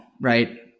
right